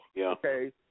okay